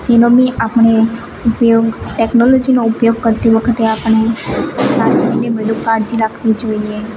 એનો બી આપણે ઉપયોગ ટેકનોલોજીનો ઉપયોગ કરતી વખતે આપણે સાચવીને બધું કાળજી રાખવી જોઈએ